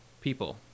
people